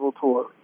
tour